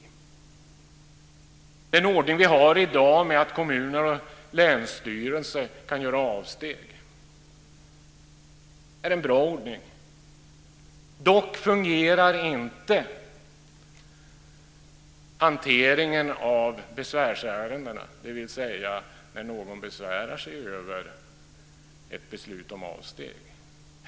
Den ordning vi har i dag med att kommuner och länsstyrelse kan göra avsteg är bra. Dock fungerar inte hanteringen av besvärsärendena, dvs. när någon besvärar sig över ett beslut om avsteg.